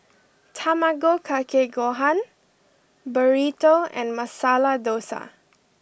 Tamago kake gohan Burrito and Masala Dosa